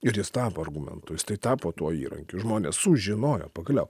ir jis tapo argumentu jis tai tapo tuo įrankiu žmonės sužinojo pagaliau